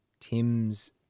Tim's